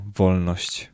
wolność